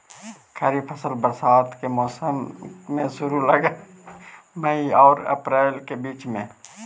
खरीफ फसल बरसात के मौसम के शुरु में लग हे, मई आऊ अपरील के बीच में